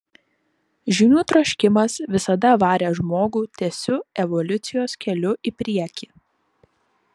žinių troškimas visada varė žmogų tiesiu evoliucijos keliu į priekį